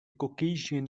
caucasian